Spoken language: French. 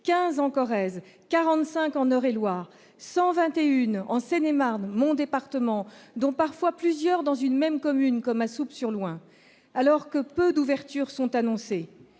15 en Corrèze 45 en Eure-et-Loir 121 en Seine-et-Marne, mon département dont parfois plusieurs dans une même commune comme à soupe sur loin alors que peu d'ouverture sont annoncés